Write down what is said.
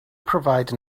provide